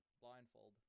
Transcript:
Blindfold